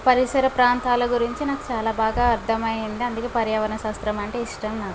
పరిసర ప్రాంతాల గురించి నాకు చాలా బాగా అర్థమైంది అందుకే పర్యావరణ శాస్త్రం అంటే ఇష్టం నాకు